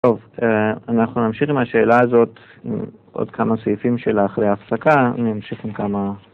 טוב, אנחנו נמשיך עם השאלה הזאת, עוד כמה סעיפים שלה אחרי ההפסקה, נמשיך עם כמה...